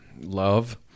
love